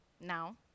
Now